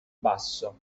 basso